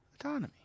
autonomy